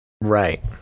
Right